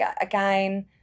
again